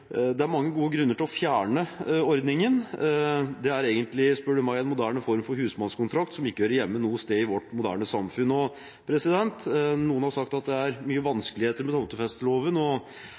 Det er mange gode grunner til å fjerne ordningen. Den er, spør du meg, egentlig en moderne form for husmannskontrakt som ikke hører hjemme noe sted i vårt moderne samfunn. Noen har sagt at det er mye vanskeligheter med tomtefesteloven, og